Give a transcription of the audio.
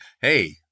hey